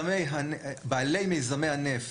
בעלי מיזמי הנפט.